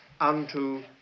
unto